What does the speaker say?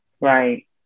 Right